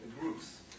groups